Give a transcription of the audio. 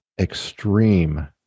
extreme